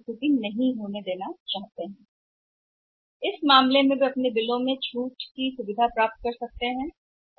उस स्थिति में वे क्या कर सकते हैं वे छूट वाले बिल प्राप्त कर सकते हैं